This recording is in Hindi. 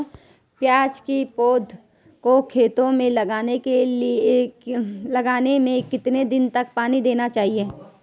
प्याज़ की पौध को खेतों में लगाने में कितने दिन तक पानी देना चाहिए?